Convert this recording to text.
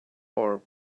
are